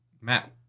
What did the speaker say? Matt